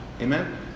Amen